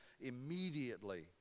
immediately